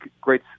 great